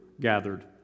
gathered